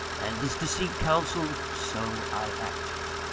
and as deceit counselled, so i acted.